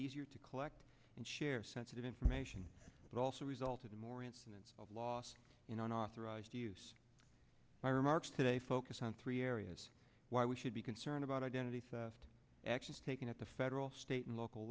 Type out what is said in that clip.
easier to collect and share sensitive information that also resulted in more incidents of loss in an authorised to use my remarks today focus on three areas why we should be concerned about identity theft actions taken at the federal state and local